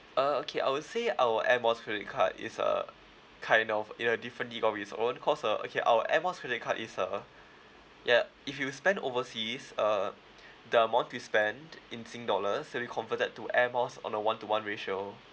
uh okay I would say our air miles credit card is uh kind of in a different league of its own cause uh okay our air miles credit card is a ya if you spend overseas uh the amount you spend in sing dollars will be converted to air miles on a one to one ratio